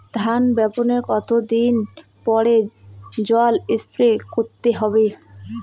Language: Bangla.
ধান বপনের কতদিন পরে জল স্প্রে করতে হবে?